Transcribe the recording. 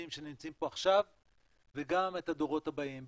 שנמצאים פה עכשיו וגם את הדורות הבאים,